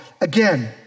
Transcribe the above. again